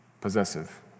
possessive